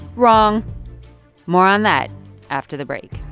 wrong more on that after the break